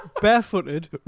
barefooted